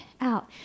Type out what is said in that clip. out